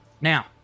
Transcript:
Now